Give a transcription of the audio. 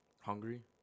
hungry